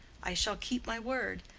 i shall keep my word.